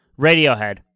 Radiohead